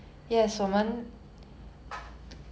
okay anyways